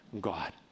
God